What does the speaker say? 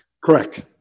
Correct